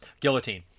guillotine